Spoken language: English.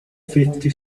fifty